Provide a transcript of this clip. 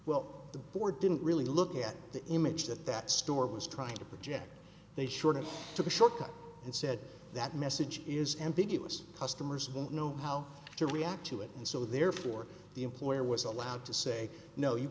well the board didn't really look at the image that that store was trying to project they short of took a shortcut and said that message is ambiguous customers won't know how to react to it and so therefore the employer was allowed to say no you